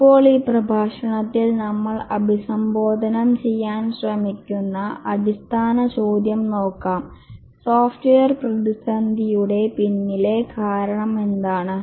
ഇപ്പോൾ ഈ പ്രഭാഷണത്തിൽ നമ്മൾ അഭിസംബോധനം ചെയ്യാൻ ശ്രമിക്കുന്ന അടിസ്ഥാന ചോദ്യം നോക്കാം സോഫ്റ്റ്വെയർ പ്രതിസന്ധിയുടെ പിന്നിലെ കാരണം എന്താണ്